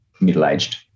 middle-aged